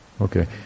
Okay